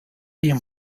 ihrem